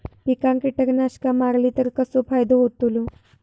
पिकांक कीटकनाशका मारली तर कसो फायदो होतलो?